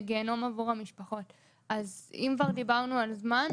גהינום עבור המשפחות, אז אם כבר דיברנו על זמן,